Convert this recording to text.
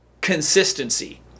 consistency